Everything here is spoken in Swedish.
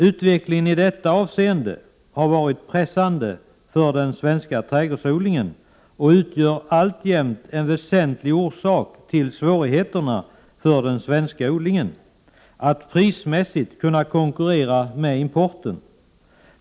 Utvecklingen i detta avseende har varit pressande för den svenska trädgårdsodlingen och utgör alltjämt en väsentlig orsak till svårigheterna för de svenska odlarna att prismässigt kunna konkurrera med importen.